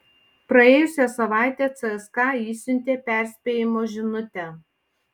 praėjusią savaitę cska išsiuntė perspėjimo žinutę